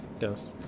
Yes